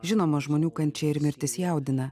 žinoma žmonių kančia ir mirtis jaudina